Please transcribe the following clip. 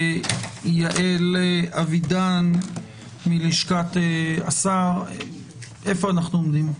יעל אבידן מלשכת השר, איפה אנחנו עומדים?